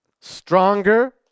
stronger